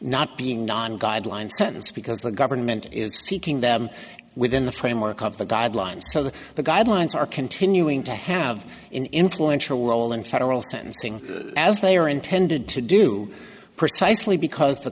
not being non guideline sentence because the government is seeking them within the framework of the guidelines so that the guidelines are continuing to have an influential role in federal sentencing as they are intended to do precisely because the